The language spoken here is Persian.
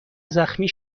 زخمی